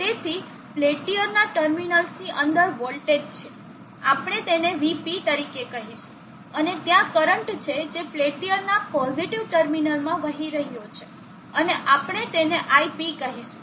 તેથી પેલ્ટીયરના ટર્મિનલ્સની અંદર વોલ્ટેજ છે આપણે તેને Vp તરીકે કહીશું અને ત્યાં કરંટ છે જે પેલ્ટીઅરના પોઝિટીવ ટર્મિનલમાં વહી રહ્યો છે અને આપણે તેને Ip કહીશું